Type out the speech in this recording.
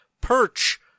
perch